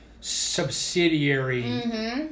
subsidiary